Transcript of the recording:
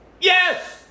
Yes